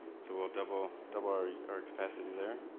so we'll double double our our capacity there.